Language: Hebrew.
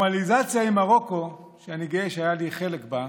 הנורמליזציה עם מרוקו, שאני גאה שהיה לי חלק בה,